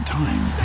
time